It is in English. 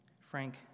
Frank